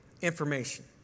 information